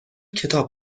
کتاب